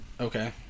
Okay